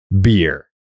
beer